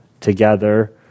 together